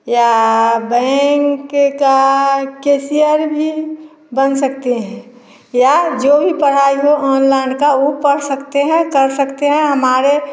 या बैंक के का कैशियर भी बन सकते हैं या जो भी पढ़ाई हो ऑनलाइन का वो पढ़ सकते हैं कर सकते हैं हमारे